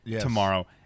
tomorrow